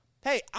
hey